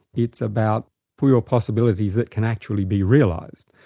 it's about real possibilities that can actually be realised,